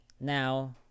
now